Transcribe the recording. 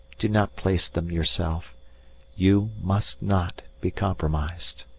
do not place them yourself you must not be compromised.